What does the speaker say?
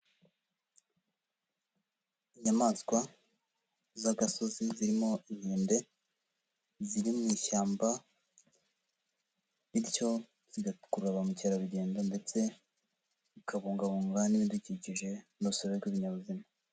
Inyamaswa z'agasozi zirimo inkende, ziri mu ishyamba, bityo zigakurura ba mukerarugendo ndetse, zikabungabunga n'ibidukikije n'urusobe rw'ibinyabuzima.